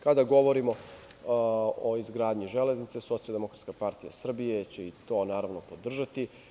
Kada govorimo o izgradnji železnice, Socijaldemokratska partija Srbije će i to naravno podržati.